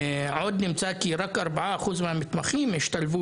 עוד נמצא כי רק ארבעה אחוזים מהמתמחים השתלבו